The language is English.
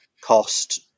cost